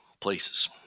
places